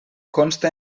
consta